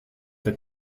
for